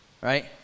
Right